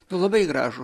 labai gražų